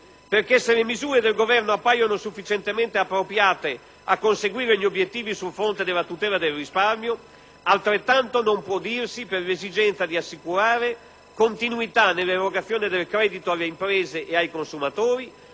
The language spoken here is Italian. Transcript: se le misure del Governo appaiono sufficientemente appropriate a conseguire gli obiettivi sul fronte della tutela del risparmio, altrettanto non può dirsi per l'esigenza di assicurare continuità nell'erogazione del credito alle imprese e ai consumatori,